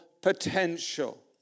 potential